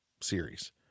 series